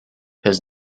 his